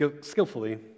skillfully